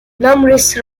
numerous